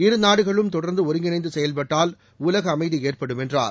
இரு நாடுகளும் தொடர்ந்துஒருங்கிணைந்துசெயல்பட்டால் உலகஅமைதிஏற்படும் என்றார்